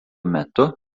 metu